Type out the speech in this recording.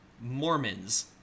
Mormons